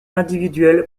individuelle